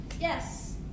yes